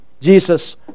Jesus